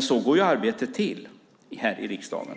Så går arbetet till här i riksdagen.